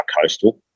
coastal